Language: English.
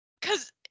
cause